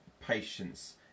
patience